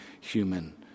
human